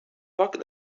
foc